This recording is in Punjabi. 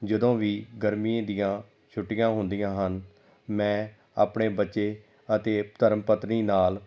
ਜਦੋਂ ਵੀ ਗਰਮੀ ਦੀਆਂ ਛੁੱਟੀਆਂ ਹੁੰਦੀਆਂ ਹਨ ਮੈਂ ਆਪਣੇ ਬੱਚੇ ਅਤੇ ਧਰਮ ਪਤਨੀ ਨਾਲ